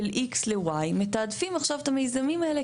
X ל-Y מתעדפים עכשיו את המיזמים האלה,